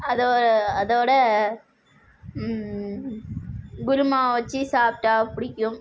அதை அதோடய குருமா வெச்சு சாப்பிட்டா பிடிக்கும்